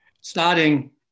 Starting